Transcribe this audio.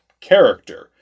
character